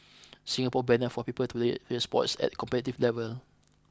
Singapore banner for people to play play sports at competitive level